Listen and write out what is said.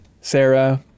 Sarah